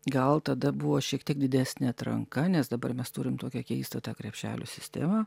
gal tada buvo šiek tiek didesnė atranka nes dabar mes turim tokią keistą tą krepšelių sistemą